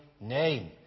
name